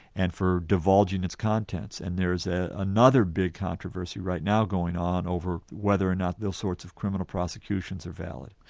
and for divulging its contents. and there is ah another big controversy right now going on over whether or not those sorts of criminal prosecutions are valid.